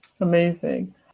Amazing